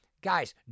Guys